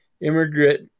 immigrant